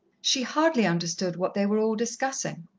she hardly understood what they were all discussing.